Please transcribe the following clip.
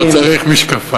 אני כבר צריך משקפיים.